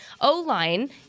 O-line